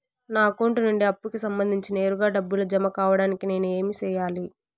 నా అకౌంట్ నుండి అప్పుకి సంబంధించి నేరుగా డబ్బులు జామ కావడానికి నేను ఏమి సెయ్యాలి?